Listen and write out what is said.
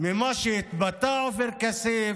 איך שהתבטא עופר כסיף,